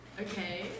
Okay